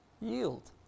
Yield